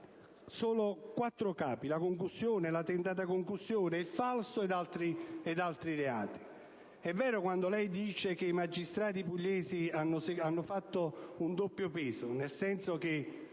solo quattro: la concussione, la tentata concussione, il falso e altri reati. È vero quando lei dice che i magistrati pugliesi hanno usato una doppia misura, nel senso che